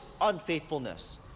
unfaithfulness